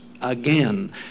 again